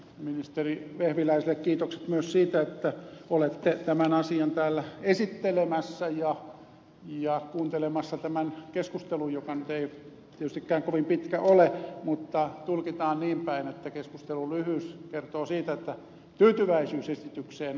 ministeri vehviläiselle kiitokset myös siitä että olette tämän asian täällä esittelemässä ja kuuntelemassa tämän keskustelun joka nyt ei tietystikään ole kovin pitkä mutta tulkitaan niin päin että keskustelun lyhyys kertoo siitä että tyytyväisyys esitykseen on suuri